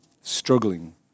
struggling